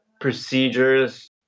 procedures